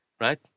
right